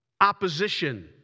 opposition